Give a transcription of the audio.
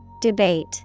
Debate